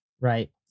Right